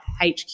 HQ